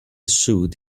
suit